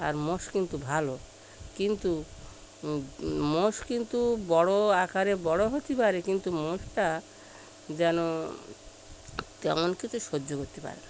আর মোষ কিন্তু ভালো কিন্তু মোষ কিন্তু বড় আকারে বড় হতে পারে কিন্তু মোষটা যেন তেমন কিছু সহ্য করতে পারে না